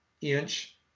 inch